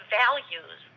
values